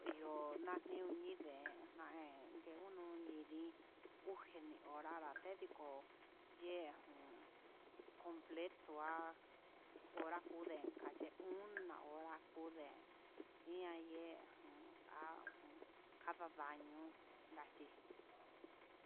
Ihó nani'o ni ndeen uñu nindí, ují nonrada tedii kó, yejun completo va'a hora kuu ndén kayee una hora kayee kuu ndén ihá yee aján ha ngun kada daño nanguí.